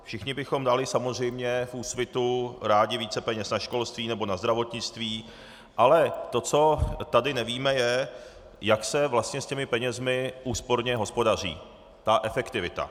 Všichni bychom dali samozřejmě v Úsvitu rádi více peněz na školství nebo na zdravotnictví, ale to, co tady nevíme, je, jak se vlastně s těmi penězi úsporně hospodaří, ta efektivita.